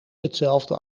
hetzelfde